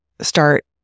start